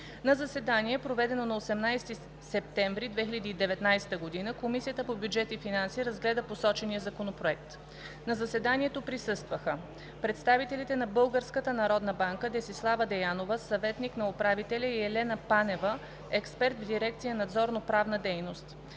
На заседание, проведено на 18 септември 2019 г., Комисията по бюджет и финанси разгледа посочения законопроект. На заседанието присъстваха: представителите на Българската народна банка Десислава Деянова – съветник на управителя, и Елена Панева – експерт в дирекция „Надзорно-правна дейност“;